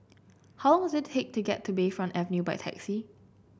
how long does it take to get to Bayfront Avenue by taxi